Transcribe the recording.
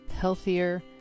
healthier